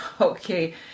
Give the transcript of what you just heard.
Okay